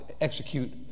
execute